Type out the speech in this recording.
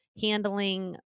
handling